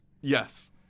Yes